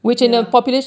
ya